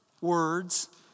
words